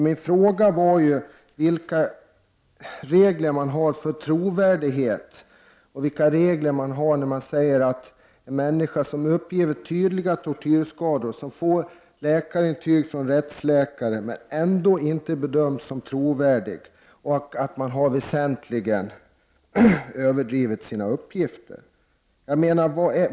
Min fråga var vilka regler man har för trovärdighet, när en människa som uppvisar tydliga tortyrskador och får intyg från rättsläkare ändå inte bedöms som trovärdig och anses ha väsentligen överdrivit sina uppgifter.